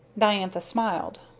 diantha smiled.